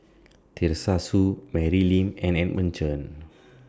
Teresa Hsu Mary Lim and Edmund Chen